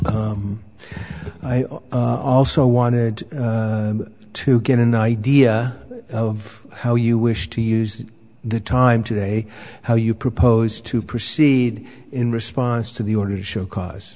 i also wanted to get an idea of how you wish to use the time today how you propose to proceed in response to the order to show cause